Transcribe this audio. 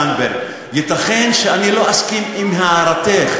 זנדברג: ייתכן שאני לא אסכים להערתך,